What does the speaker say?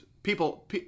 People